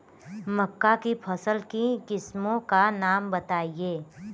मक्का की फसल की किस्मों का नाम बताइये